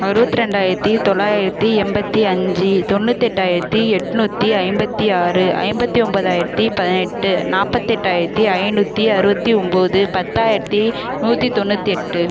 அறுபத்ரெண்டாயிரத்தி தொள்ளாயிரத்தி எண்பத்தி அஞ்சு தொண்ணூத்தெட்டாயிரத்தி எண்ணூத்தி ஐம்பத்தி ஆறு ஐம்பத்தி ஒன்பதாயிரத்தி பதினெட்டு நாற்பத்தெட்டாயிரத்தி ஐநூற்றி அறுபத்தி ஒன்போது பத்தாயிரத்தி நூற்றி தொண்ணூற்றி எட்டு